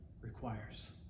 requires